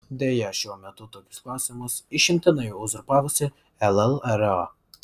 deja šiuo metu tokius klausimus išimtinai uzurpavusi llra